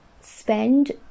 spend